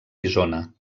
isona